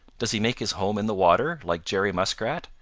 does he make his home in the water like jerry muskrat?